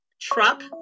truck